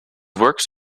works